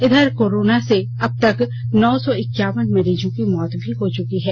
इधर कोरोना से अब तक नौ सौ इक्यावन मरीजों की मौत भी हो चुकी है